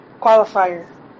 qualifier